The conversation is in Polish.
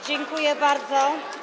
Dziękuję bardzo.